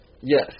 Yes